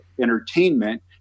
entertainment